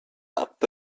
app